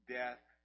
death